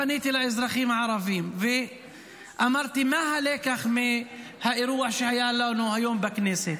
אני פניתי לאזרחים הערבים ואמרתי: מה הלקח מהאירוע שהיה לנו היום בכנסת?